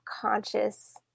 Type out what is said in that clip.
conscious